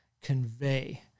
convey